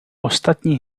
ostatní